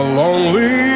lonely